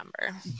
remember